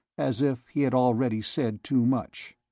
as if he had already said too much.